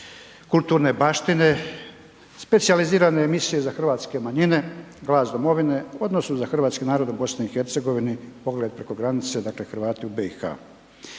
kulturne baštine, specijalizirane emisije za hrvatske manjine „Glas domovine“ odnosno za hrvatski narod u BiH „Pogled preko granice“ dakle Hrvati u BiH.